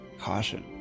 Caution